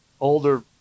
older